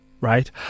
right